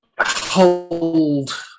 hold